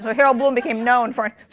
so harold bloom became known for it.